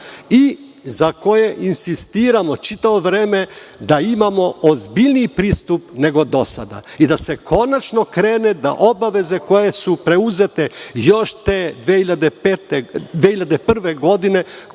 za koje insistiramo čitavo vreme da imamo ozbiljniji pristup nego do sada i da se konačno krene da obaveze koje su preuzete još 2001. godine